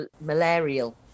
malarial